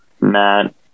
Matt